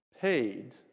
paid